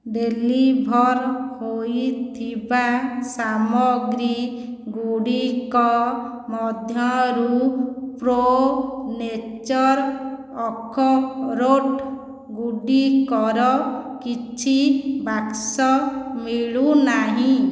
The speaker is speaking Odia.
ଡେଲିଭର୍ ହୋଇଥିବା ସାମଗ୍ରୀଗୁଡ଼ିକ ମଧ୍ୟରୁ ପ୍ରୋ ନେଚର୍ ଅଖରୋଟ୍ଗୁଡ଼ିକର କିଛି ବାକ୍ସ ମିଳୁନାହିଁ